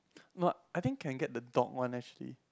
not I think can get the dog one actually